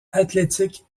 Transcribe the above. athlétique